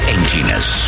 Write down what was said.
Emptiness